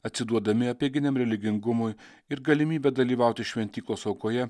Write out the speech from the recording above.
atsiduodami apeiginiam religingumui ir galimybę dalyvauti šventyklos aukoje